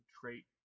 trait